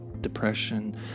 depression